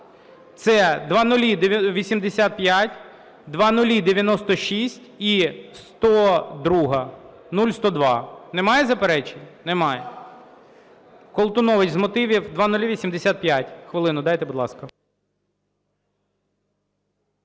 Це 0085, 0096 і 0102. Немає заперечень? Немає. Колтунович з мотивів. 0085. Хвилину дайте, будь ласка.